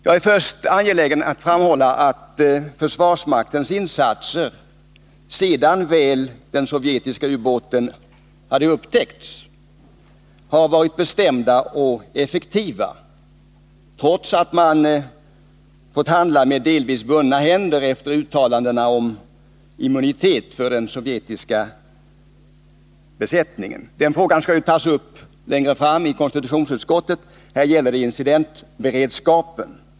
Jag är först angelägen om att framhålla att försvarsmaktens insatser — sedan väl den sovjetiska ubåten hade upptäckts — har varit bestämda och effektiva, trots att man, efter uttalanden om immunitet för den sovjetiska besättningen, delvis fått handla med bundna händer. Den frågan skall tas upp längre fram i konstitutionsutskottet. Vad det nu gäller är incidentberedskapen.